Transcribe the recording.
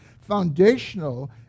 foundational